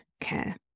care